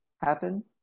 happen